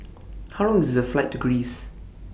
How Long IS The Flight to Greece